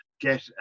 get